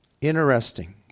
Interesting